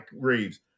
Reeves